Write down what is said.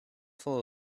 full